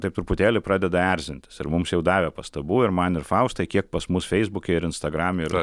taip truputėlį pradeda erzintis ir mums jau davė pastabų ir man ir faustai kiek pas mus feisbuke ir instagrame yra